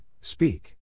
Speak